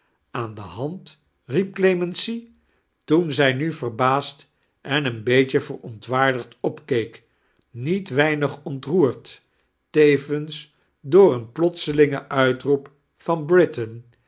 aan d hand riep clemeincy toen zij nu verbaasd en een beetje verontwaardigd opkeek niet weinig ontroetrd teveins door een plotselingen uitroep van